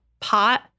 pot